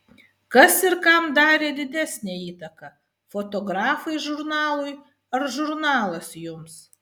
kas ir kam darė didesnę įtaką fotografai žurnalui ar žurnalas jums